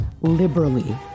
liberally